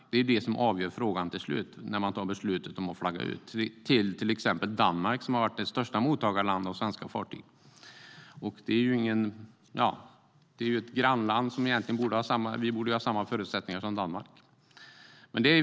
Det är det som avgör när man tar beslut om att flagga ut, exempelvis till Danmark, som har varit det största mottagarlandet när det gäller svenska fartyg. Det är ju ett grannland, och vi borde egentligen ha samma förutsättningar som Danmark.